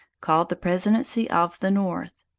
called the presidency of the north.